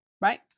right